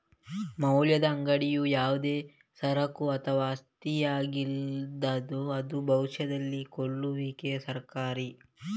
ಮೌಲ್ಯದ ಅಂಗಡಿಯು ಯಾವುದೇ ಸರಕು ಅಥವಾ ಆಸ್ತಿಯಾಗಿದ್ದು ಅದು ಭವಿಷ್ಯದಲ್ಲಿ ಕೊಳ್ಳುವಿಕೆಗೆ ಸಹಕಾರಿ